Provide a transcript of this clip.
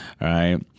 right